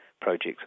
projects